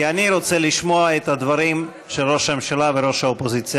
כי אני רוצה לשמוע את הדברים של ראש הממשלה ושל ראש האופוזיציה.